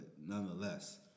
nonetheless